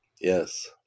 Yes